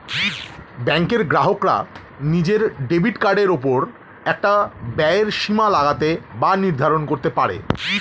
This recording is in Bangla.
ব্যাঙ্কের গ্রাহকরা নিজের ডেবিট কার্ডের ওপর একটা ব্যয়ের সীমা লাগাতে বা নির্ধারণ করতে পারে